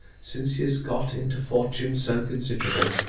since he has got into fortunes so considerable,